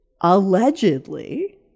Allegedly